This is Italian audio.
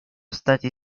stati